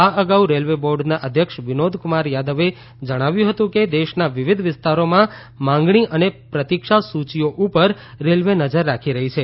આ અગાઉ રેલવે બોર્ડના અધ્યક્ષ વિનોદ કુમાર યાદવે જણાવ્યું હતું કે દેશના વિવિધ વિસ્તારોમાં માંગણી અને પ્રતીક્ષા સુચિઓ ઉપર રેલવે નજર રાખી રહી છે